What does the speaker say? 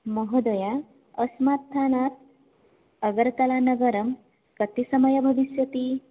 महोदय अस्मत् स्थानात् अगर्तलानगरं कति समयः भविष्यति